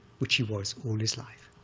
which he was all his life.